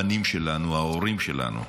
הבנים שלנו, ההורים שלנו.